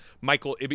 Michael